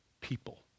people